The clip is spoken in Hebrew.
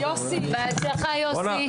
בהצלחה, יוסי.